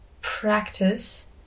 practice